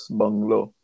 bungalow